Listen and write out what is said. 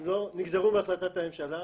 הם לא נגזרו מהחלטת הממשלה.